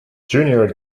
junior